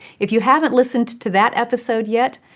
if you haven't listened to that episode yet,